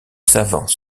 savant